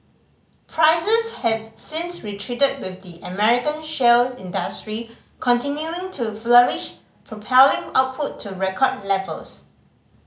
prices have since retreated with the American shale industry continuing to flourish propelling output to record levels